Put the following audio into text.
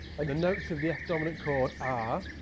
and the notes of the f-dominant chord ah